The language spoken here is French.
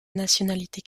nationalité